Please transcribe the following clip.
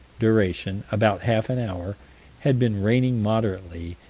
duration about half an hour had been raining moderately,